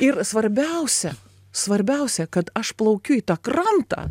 ir svarbiausia svarbiausia kad aš plaukiu į tą krantą